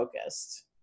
focused